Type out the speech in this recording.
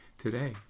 Today